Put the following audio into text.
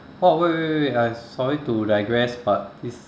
what wait wait wait wait uh sorry to digress but this